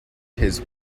his